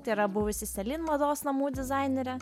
tai yra buvusi selin mados namų dizainerė